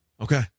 Okay